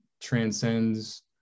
transcends